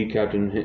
Captain